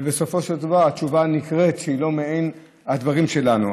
ובסופו של דבר התשובה הנקראת היא לא ממין הדברים שלנו.